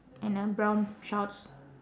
and a brown shorts